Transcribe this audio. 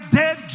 dead